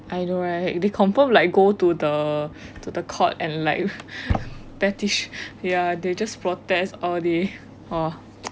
I know right they confirm like go to the to the court and like petit~ ya they just protest all day